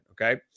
okay